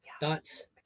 thoughts